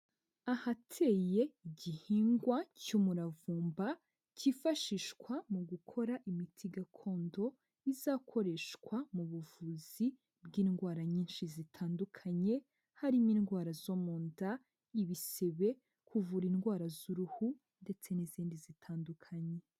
Ahateye igihingwa cy'umuravumba kifashishwa mu gukora imiti gakondo izakoreshwa mu buvuzi bw'indwara nyinshi zitandukanye harimo indwara zo mu nda, ibisebe, kuvura indwara z'uruhu ndetse n'izindi zitandukanye.